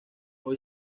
hoy